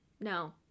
no